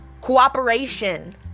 cooperation